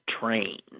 train